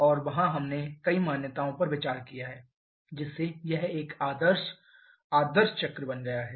और वहां हमने कई मान्यताओं पर विचार किया है जिससे यह एक आदर्श आदर्श चक्र बन गया है